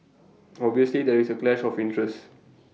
obviously there is A clash of interest